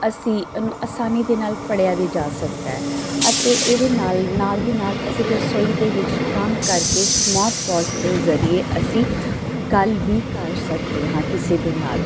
ਅਸੀਂ ਇਹਨੂੰ ਆਸਾਨੀ ਦੇ ਨਾਲ ਪੜ੍ਹਿਆ ਵੀ ਜਾ ਸਕਦਾ ਅਤੇ ਇਹਦੇ ਨਾਲ ਨਾਲ ਦੀ ਨਾਲ ਅਸੀਂ ਰਸੋਈ ਦੇ ਵਿੱਚ ਕੰਮ ਕਰਕੇ ਸਮਾਰਟ ਵਾਚ ਦੇ ਜ਼ਰੀਏ ਅਸੀਂ ਗੱਲ ਵੀ ਕਰ ਸਕਦੇ ਹਾਂ ਕਿਸੇ ਦੇ ਨਾਲ